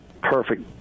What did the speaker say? perfect